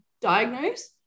diagnose